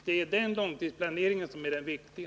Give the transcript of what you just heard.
Det är den långtidsplaneringen som är den viktiga.